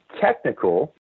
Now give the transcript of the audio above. technical